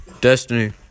Destiny